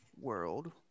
world